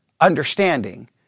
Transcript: understanding